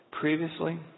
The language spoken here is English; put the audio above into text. Previously